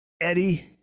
eddie